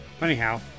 Anyhow